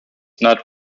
not